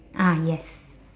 ah yes